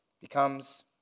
becomes